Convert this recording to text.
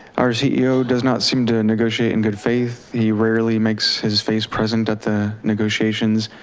our ceo does not seem to negotiate in good faith, he rarely makes his face present at the negotiations,